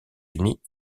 unis